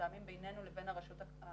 מתאמים בינינו לבין הרשות המקומית,